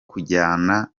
kujyana